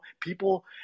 people